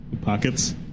pockets